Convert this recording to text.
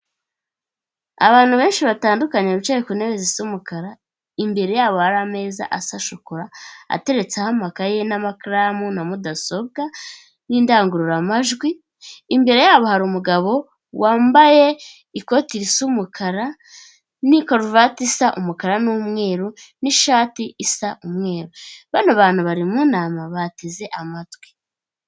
Abantu benshi batandukanye bicaye ku ntebe zisa umukara, imbere yabo hari ameza asa shokora, ateretseho amakaye, n'amakaramu na mudasobwa, n'indangururamajwi, imbere yabo hari umugabo wambaye ikoti risa umukara, n'ikaruvati isa umukara n'umweru, n'ishati isa umweru, bano bantu bari mu nama bateze amatwi.